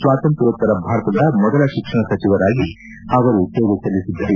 ಸ್ವಾತಂತ್ರೋತರ ಭಾರತದ ಮೊದಲ ಶಿಕ್ಷಣ ಸಚಿವರಾಗಿ ಸೇವೆ ಸಲ್ಲಿಸಿದ್ದರು